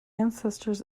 ancestors